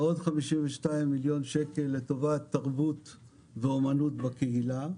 ועוד 52 מיליון שקל לטובת תרבות ואומנות בקהילה.